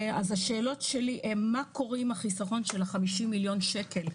השאלות שלי הן מה קורה עם החיסכון של ה-50 מיליון שקל?